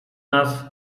nas